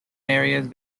areas